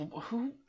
who-